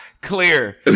clear